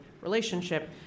relationship